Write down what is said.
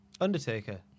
Undertaker